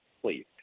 Please